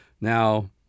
Now